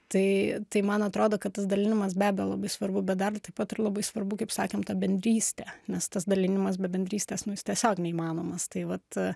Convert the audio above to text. tai tai man atrodo kad tas dalinimas be abejo labai svarbu bet dar ir taip pat ir labai svarbu kaip sakėm ta bendrystė nes tas dalinimas be bendrystės nu jis tiesiog neįmanomas tai vat